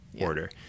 order